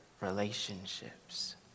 relationships